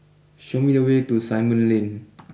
show me the way to Simon Lane